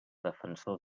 defensor